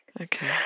Okay